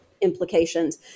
implications